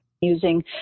using